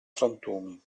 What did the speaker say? frantumi